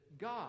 God